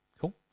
Cool